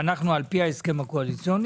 שאנו על פי ההסכם הקואליציוני